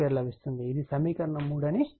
ఇది సమీకరణం 3 అని పరిగణించండి